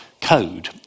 code